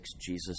Jesus